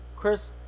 Chris